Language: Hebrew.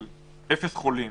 של אפס חולים